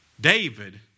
David